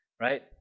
right